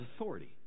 authority